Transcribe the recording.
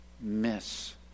miss